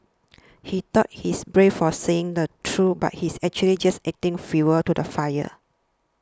he thought he's brave for saying the truth but he's actually just adding fuel to the fire